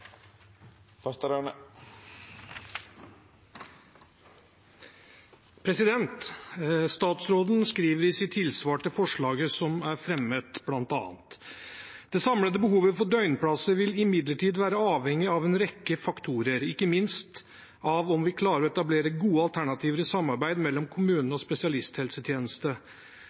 Statsråden skriver i sitt tilsvar til forslaget som er fremmet, bl.a.: «Det samlede behovet for døgnplasser vil imidlertid være avhengig av en rekke faktorer, ikke minst av om vi klarer å etablere gode alternativer i samarbeidet mellom kommune og spesialisthelsetjeneste.